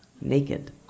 Naked